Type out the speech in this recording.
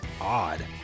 odd